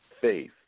faith